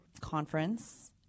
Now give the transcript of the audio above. conference